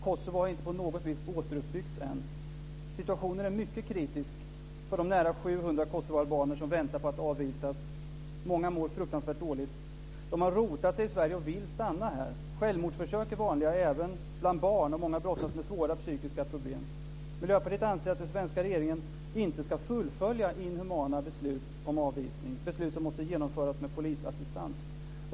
Kosovo har inte på något sätt återuppbyggts än. Situationen är mycket kritisk för de nära 700 kosovoalbaner som väntar på att avvisas. Många mår fruktansvärt dåligt. De har rotat sig i Sverige och vill stanna här. Självmordsförsök är vanliga även bland barn, och många brottas med svåra psykiska problem. Miljöpartiet anser att den svenska regeringen inte ska fullfölja inhumana beslut om avvisning; beslut som måste genomföras med polisassistans.